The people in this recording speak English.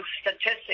statistics